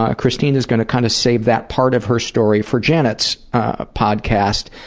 ah christina's going to kind of save that part of her story for janet's ah podcast.